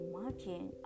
margin